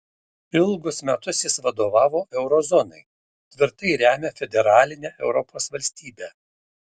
ilgus metus jis vadovavo euro zonai tvirtai remia federalinę europos valstybę